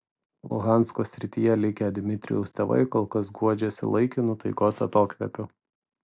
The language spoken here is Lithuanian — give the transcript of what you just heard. luhansko srityje likę dmitrijaus tėvai kol kas guodžiasi laikinu taikos atokvėpiu